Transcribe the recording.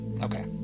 Okay